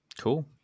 Cool